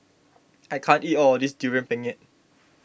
I can't eat all of this Durian Pengat